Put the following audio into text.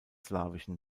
slawischen